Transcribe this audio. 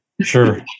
Sure